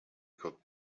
could